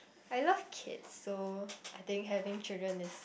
I love kids so I think having children is